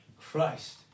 Christ